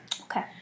Okay